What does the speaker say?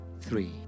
Three